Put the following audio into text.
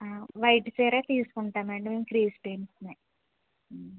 ఆ వైట్ చీరే తీసుకుంటామండి మేము క్రిస్టియన్స్మే